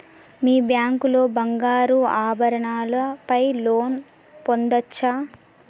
మీ bank లో బంగారు ఆభరణాల పై లోన్ పొందచ్చా?